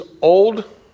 old